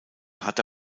hatte